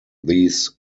these